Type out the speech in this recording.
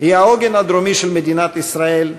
היא העוגן הדרומי של מדינת ישראל,